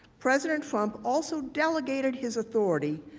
president trump also delegated his authority,